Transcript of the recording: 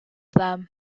them